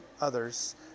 others